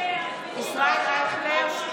ישראל אייכלר,